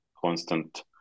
constant